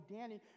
Danny